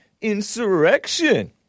insurrection